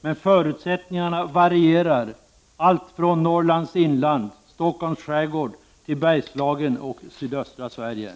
Men förutsättningarna varierar alltifrån Norrlands inland, Stockholms skärgård till Bergslagen och sydöstra Sverige.